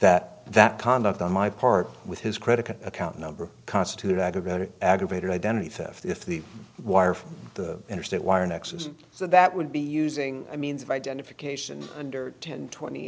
that that conduct on my part with his credit card account number constituted aggregate aggravated identity theft if the wire from the interstate wire nexus so that would be using i means of identification under ten twenty